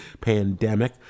pandemic